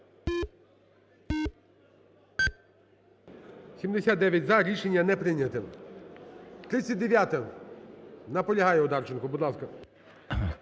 За-79 Рішення не прийняте. 39-а. Наполягає Одарченко, будь ласка.